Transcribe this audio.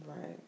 Right